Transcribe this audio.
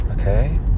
okay